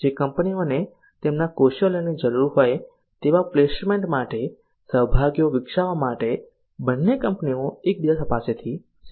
જે કંપનીઓને તેમના કૌશલ્યની જરૂર હોય તેવા પ્લેસમેન્ટ માટે સહભાગીઓ વિકસાવવા માટે બંને કંપનીઓ એકબીજા પાસેથી શીખે છે